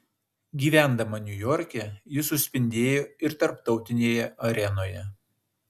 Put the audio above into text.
gyvendama niujorke ji suspindėjo ir tarptautinėje arenoje